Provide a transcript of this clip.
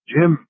Jim